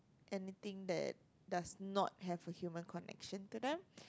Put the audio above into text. anything that does not have a human connection to them